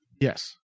Yes